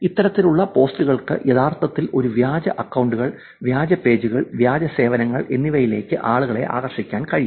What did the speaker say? ഇത്തരത്തിലുള്ള പോസ്റ്റുകൾക്ക് യഥാർത്ഥത്തിൽ ഈ വ്യാജ അക്കൌണ്ടുകൾ വ്യാജ പേജുകൾ വ്യാജ സേവനങ്ങൾ എന്നിവയിലേക്ക് ആളുകളെ ആകർഷിക്കാൻ കഴിയും